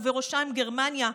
ובראשן גרמניה,